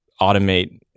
automate